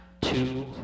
two